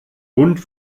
bund